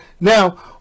Now